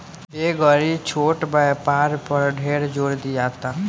ए घड़ी छोट व्यापार पर ढेर जोर दियाता